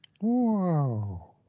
Wow